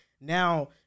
now